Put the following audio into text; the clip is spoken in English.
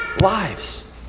lives